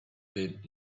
been